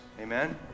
Amen